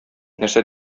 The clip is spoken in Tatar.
нәрсә